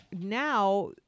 Now